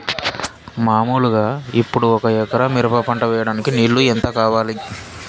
మామూలుగా ఇప్పుడు ఒక ఎకరా మిరప పంట వేయడానికి నీళ్లు ఎంత కావాలి?